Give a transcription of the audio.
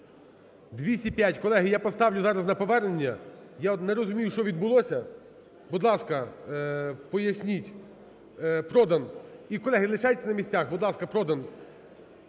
За-205 Колеги, я поставлю зараз на повернення. Я не розумію, що відбулося. Будь ласка, поясніть, Продан. І, колеги, лишайтесь на місцях. Будь ласка, Продан.